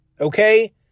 okay